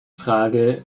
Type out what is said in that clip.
frage